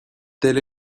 telle